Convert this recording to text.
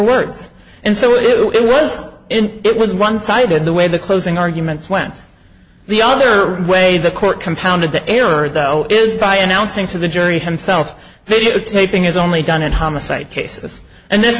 words and so it was it was one sided the way the closing arguments went the other way the court compounded the error though is by announcing to the jury himself videotaping is only done in homicide cases and this